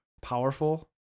powerful